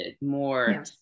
more